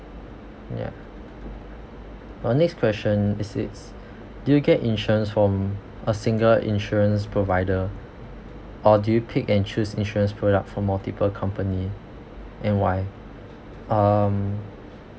ya the next question it says do you get insurance from a single insurance provider or do you pick and choose insurance product from multiple company and why um